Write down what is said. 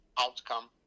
outcome